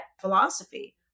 philosophy